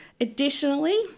Additionally